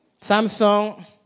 Samsung